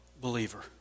believer